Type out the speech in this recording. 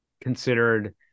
considered